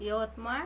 Yavatmal